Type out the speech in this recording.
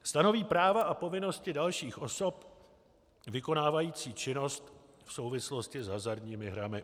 Stanoví práva a povinnosti dalších osob vykonávajících činnost v souvislosti s hazardními hrami.